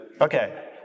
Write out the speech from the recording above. Okay